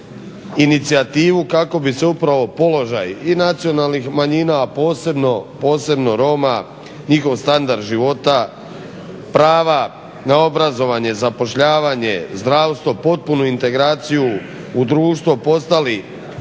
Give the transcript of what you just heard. inicijativu kako bi se upravo položaj i nacionalnih manjina, a posebno Roma, njihov standard života, prava na obrazovanje, zapošljavanje, zdravstvo, potpunu integraciju u društvo postali